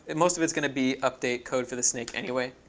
and most of it's going to be update code for the snake anyway.